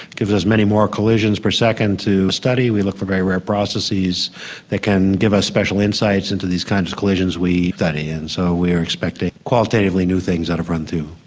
giving us many more collisions per second to study. we look for very rare processes that can give us special insights into these kinds of collisions we study. and so we're expecting qualitatively new things out of run two.